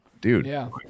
dude